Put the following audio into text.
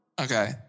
okay